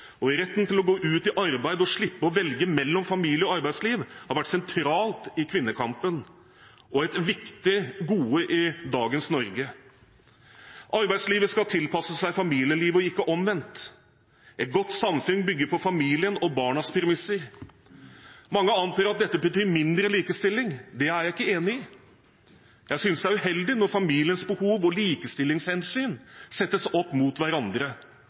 arbeidsliv, og retten til å gå ut i arbeid og slippe å velge mellom familie- og arbeidsliv har vært sentral i kvinnekampen og er et viktig gode i dagens Norge. Arbeidslivet skal tilpasse seg familielivet og ikke omvendt. Et godt samfunn bygger på familien og barnas premisser. Mange antar at dette betyr mindre likestilling. Det er jeg ikke enig i. Jeg synes det er uheldig når familiens behov og likestillingshensyn settes opp mot hverandre.